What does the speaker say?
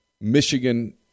Michigan